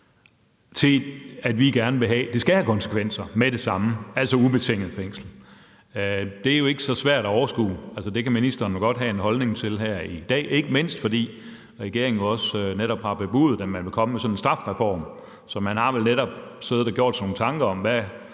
til, at vi gerne vil have, det skal have konsekvenser med det samme, altså ubetinget fængsel. Det er ikke så svært at overskue. Det kan ministeren jo godt have en holdning til her i dag, ikke mindst fordi regeringen også netop har bebudet, at man vil komme med sådan en strafreform. Så man har vel netop siddet og gjort sig nogle tanker om,